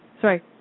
Sorry